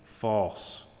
false